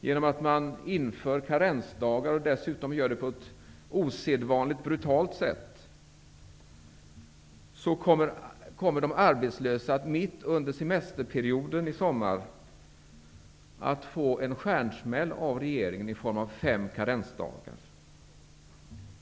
Genom att man inför karensdagar och dessutom gör det på ett osedvanligt brutalt sätt kommer de arbetslösa att mitt under semesterperioden i sommar få en stjärnsmäll från regeringen i form av fem karensdagar.